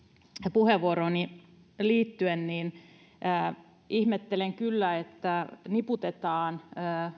puheenvuorooni liittyen ihmettelen kyllä että niputetaan